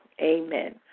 Amen